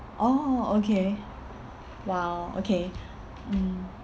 orh okay !wow! okay mm